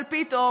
אבל פתאום,